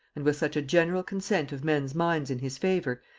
and with such a general consent of men's minds in his favor,